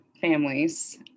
families